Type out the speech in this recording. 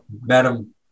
Madam